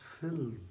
filled